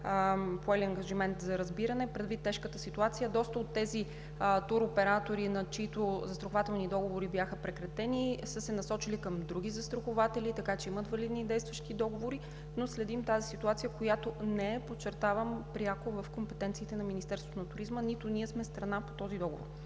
поели ангажимент за разбиране, предвид тежката ситуация. Доста от тези туроператори, чийто застрахователни договори бяха прекратени, са се насочили към други застрахователи, така че имат валидни действащи договори, но следим тази ситуация, която не е – подчертавам, пряко в компетенциите на Министерството на туризма, нито ние сме страна по този договор.